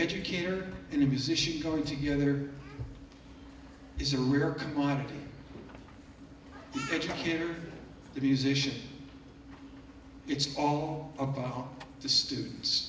educator in a position going together it's a rare commodity educator the musician it's all about the students